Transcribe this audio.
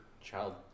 child